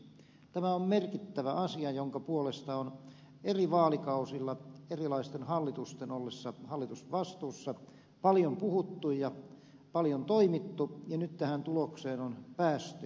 tämä on merkittävä asia jonka puolesta on eri vaalikausilla erilaisten hallitusten ollessa hallitusvastuussa paljon puhuttu ja paljon toimittu ja nyt tähän tulokseen on päästy